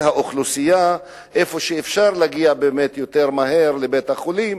האוכלוסייה שבהם אפשר להגיע באמת יותר מהר לבית-החולים,